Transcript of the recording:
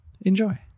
Enjoy